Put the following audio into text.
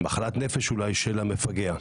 מחלת נפש אולי של המפגע.